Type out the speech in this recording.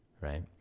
right